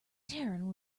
taran